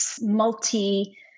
multi